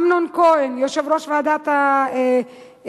אמנון כהן, יושב-ראש ועדת הפנים,